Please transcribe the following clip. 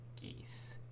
geese